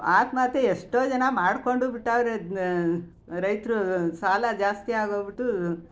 ಆತ್ಮಹತ್ಯೆ ಎಷ್ಟೋ ಜನ ಮಾಡ್ಕೊಂಡೂ ಬಿಟ್ಟವರೆ ರೈತರು ಸಾಲ ಜಾಸ್ತಿ ಆಗಿ ಹೋಗ್ಬಿಟ್ಟು